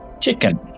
chicken